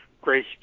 Grace